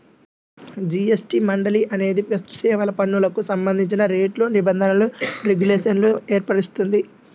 GST మండలి అనేది వస్తుసేవల పన్నుకు సంబంధించిన రేట్లు, నిబంధనలు, రెగ్యులేషన్లను ఏర్పరుస్తుంది